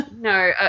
no